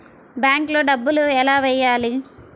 బ్యాంక్లో డబ్బులు ఎలా వెయ్యాలి?